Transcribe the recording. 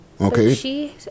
Okay